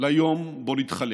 ליום שבו נתחלף.